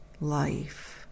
life